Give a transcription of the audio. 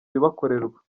bibakorerwa